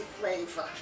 flavor